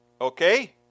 Okay